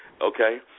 Okay